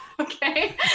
Okay